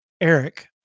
Eric